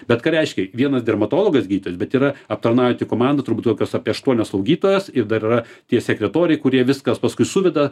bet ką reiškia vienas dermatologas gydytojas bet yra aptarnaujanti komanda turbūt kokios apie aštuonios slaugytojos ir dar yra tie sekretoriai kurie viską paskui suveda